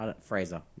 Fraser